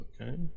Okay